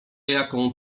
jaką